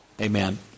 Amen